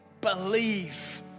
believe